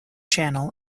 channel